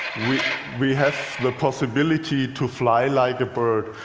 we we have the possibility to fly like a bird.